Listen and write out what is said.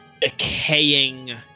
decaying